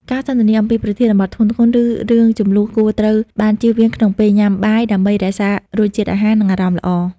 ការសន្ទនាអំពីប្រធានបទធ្ងន់ៗ ឬរឿងជម្លោះគួរត្រូវបានចៀសវាងក្នុងពេលញ៉ាំបាយ ដើម្បីរក្សារសជាតិអាហារ និងអារម្មណ៍ល្អ។